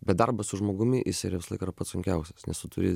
bet darbas su žmogumi jis yra visąlaik yra pats sunkiausias nes turi